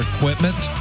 Equipment